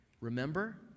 remember